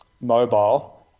mobile